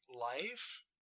life